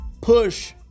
push